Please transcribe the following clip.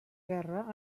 guerra